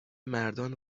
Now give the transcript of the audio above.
مردان